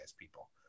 people